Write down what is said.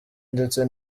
ndetse